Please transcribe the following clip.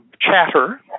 chatter